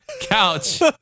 Couch